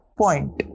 point